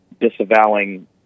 disavowing